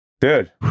dude